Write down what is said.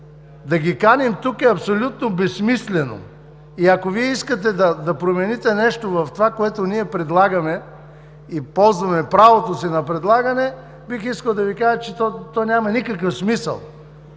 да ги каним тук е абсолютно безсмислено и ако Вие искате да промените нещо в това, което ние предлагаме и ползваме правото си на предлагане, бих искал да Ви кажа, че то няма никакъв смисъл.